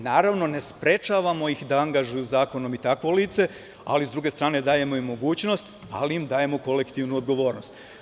Naravno, ne sprečavamo ih da angažuju zakonom i takvo lice, ali s druge strane im dajemo mogućnost i kolektivnu odgovornost.